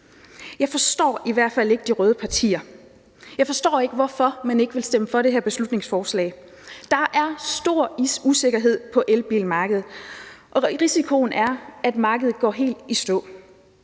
Jeg forstår i hvert fald ikke de røde partier. Jeg forstår ikke, hvorfor man ikke vil stemme for det her beslutningsforslag. Der er stor usikkerhed på elbilmarkedet, og der er en risiko for, at markedet går helt i stå.